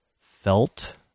felt